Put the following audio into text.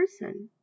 person